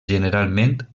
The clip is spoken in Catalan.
generalment